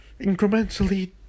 incrementally